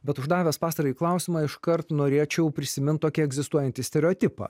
bet uždavęs pastarąjį klausimą iškart norėčiau prisiminti tokia egzistuojantį stereotipą